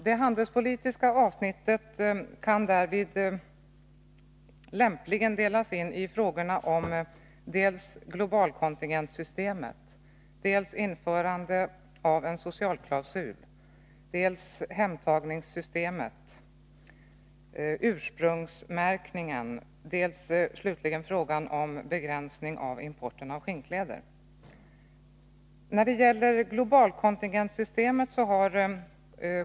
Det handelspolitiska avsnittet kan därvid lämpligen delas in i frågor om dels globalkontingentsystemet, dels införande av en socialklausul, dels hemtagningssystemet, dels ursprungsmärkningen och dels slutligen begränsning av importen av skinnkläder. Först till globalkontingentsystemet!